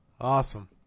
Awesome